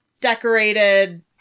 decorated